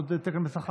עוד תקן בשכר.